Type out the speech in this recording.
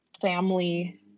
family